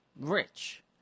rich